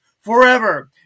forever